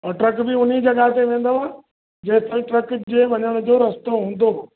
ऐं ट्रक बि उन जॻह ते वेंदव जेंसिताईं ट्रक जे वञणु रस्तो हूंदो